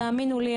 תאמינו לי,